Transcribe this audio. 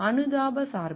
அனுதாப சார்பு